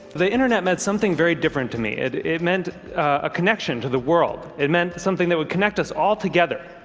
the internet meant something very different to me. it it meant a connection to the world. it meant something that would connect us all together.